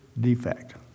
defect